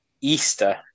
Easter